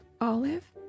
Olive